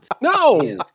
No